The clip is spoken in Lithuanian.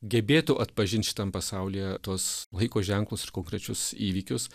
gebėtų atpažint šitam pasaulyje tuos laiko ženklus ir konkrečius įvykius